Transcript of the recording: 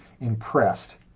impressed